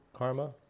karma